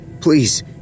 Please